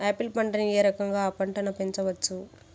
Apple పంటను ఏ రకంగా అ పంట ను పెంచవచ్చు?